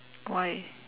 why